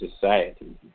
society